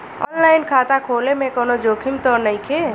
आन line खाता खोले में कौनो जोखिम त नइखे?